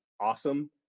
awesome